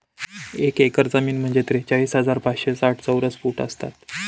एक एकर जमीन म्हणजे त्रेचाळीस हजार पाचशे साठ चौरस फूट असतात